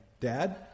Dad